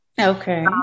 okay